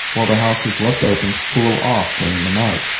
while the house is left open to cool off during the night.